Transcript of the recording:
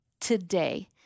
today